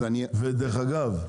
ודרך אגב,